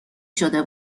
شده